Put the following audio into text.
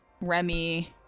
Remy